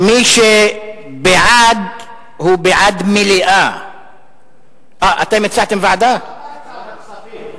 מי שבעד הוא בעד העברה לוועדת הכספים.